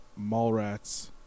Mallrats